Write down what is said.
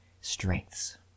strengths